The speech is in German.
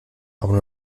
aber